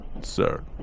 Sir